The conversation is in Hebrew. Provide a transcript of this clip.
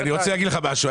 אני רוצה להגיד לך משהו,